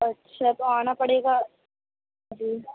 اچھا تو آنا پڑے گا جی